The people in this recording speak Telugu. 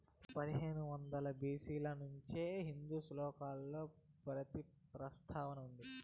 పదహైదు వందల బి.సి ల నుంచే హిందూ శ్లోకాలలో పత్తి ప్రస్తావన ఉంది